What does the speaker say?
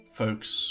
folks